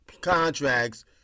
contracts